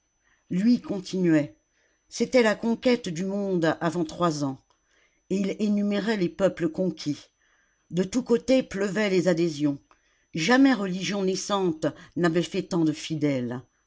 lui continuait c'était la conquête du monde avant trois ans et il énumérait les peuples conquis de tous côtés pleuvaient les adhésions jamais religion naissante n'avait fait tant de fidèles